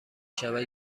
شود